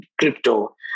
crypto